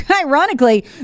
Ironically